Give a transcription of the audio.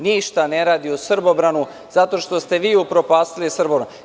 Ništa ne radi u Srbobranu zato što ste vi upropastili Srbobran.